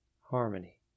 harmony